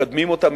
מקדמים אותה,